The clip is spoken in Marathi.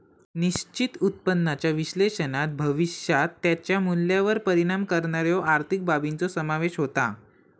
निश्चित उत्पन्नाच्या विश्लेषणात भविष्यात त्याच्या मूल्यावर परिणाम करणाऱ्यो आर्थिक बाबींचो समावेश होता